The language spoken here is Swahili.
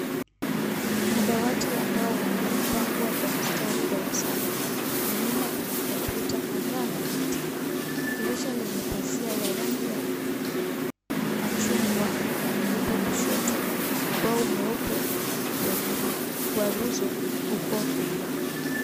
Madawati ambapo yamepangwa kwa mstari darasani na nyuma kuna komyuta kadhaa na viti. Dirisha yenye pazia ya rangi ya chungwa, lipo kushoto na ubao mweupe wenye ukwaruzo uko kulia.